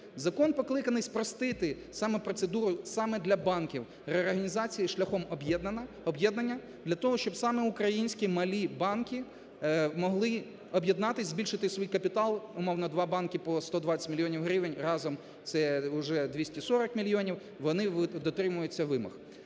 Закон покликаний спростити саме процедуру саме для банків реорганізації шляхом об'єднання для того, щоб саме українські малі банки могли об'єднатись, збільшити свій капітал, умовно, два банки по 120 мільйонів гривень разом це уже 240 мільйонів, вони дотримуються вимог.